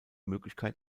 möglichkeit